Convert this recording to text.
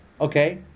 okay